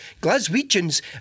Glaswegians